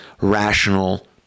rational